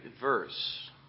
verse